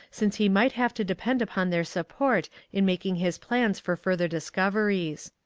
since he might have to depend upon their support in making his plans for further discoveries.